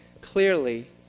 clearly